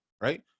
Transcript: right